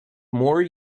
more